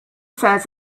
says